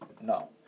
No